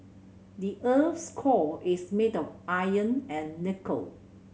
the eart's core is made of iron and nickel